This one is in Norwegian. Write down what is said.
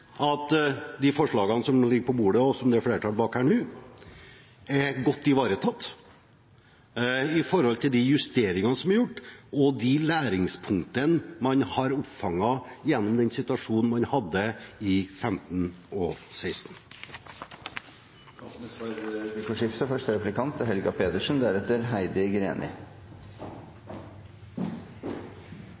at de forslagene som nå ligger på bordet, og som det er flertall bak her nå, er godt ivaretatt med tanke på de justeringene som er gjort, og de læringspunktene man har oppfanget gjennom den situasjonen man hadde i 2015 og 2016. Det blir replikkordskifte. Det er